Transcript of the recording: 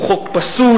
הוא חוק פסול,